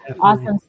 Awesome